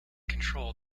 control